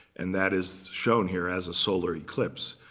and that is shown here as a solar eclipse.